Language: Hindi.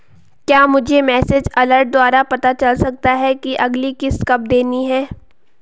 क्या मुझे मैसेज अलर्ट द्वारा पता चल सकता कि अगली किश्त कब देनी है?